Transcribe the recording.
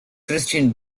kristin